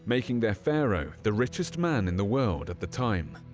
making their pharaoh the richest man in the world at the time.